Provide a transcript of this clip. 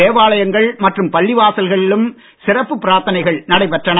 தேவாலாயங்கள் மற்றும் பள்ளிவாசல்களிலும் சிறப்பு பிராத்தனைகள் நடைபெற்றன